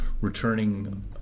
returning